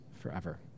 forever